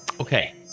okay